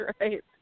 right